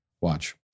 Watch